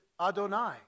Adonai